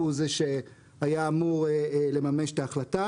הוא זה שהיה אמור בפועל לממש את ההחלטה.